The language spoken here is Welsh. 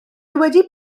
wedi